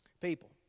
People